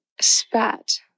spat